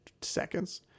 seconds